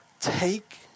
Take